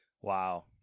Wow